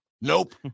Nope